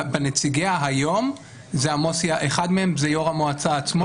בנציגיה היום אחד מהם זה יו"ר המועצה עצמו.